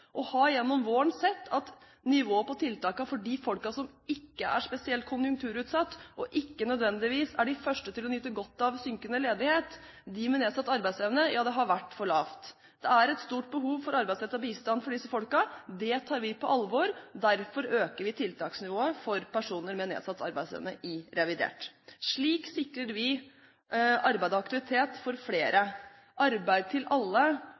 gjennom våren sett at nivået på tiltakene – for de folka som ikke er spesielt konjunkturutsatt og ikke nødvendigvis er de første til å nyte godt av synkende ledighet, de med nedsatt arbeidsevne – har vært for lavt. Det er et stort behov for arbeidsrettet bistand for disse folka. Det tar vi på alvor, derfor øker vi i revidert tiltaksnivået for personer med nedsatt arbeidsevne. Slik sikrer vi arbeid og aktivitet for flere. Arbeid til alle,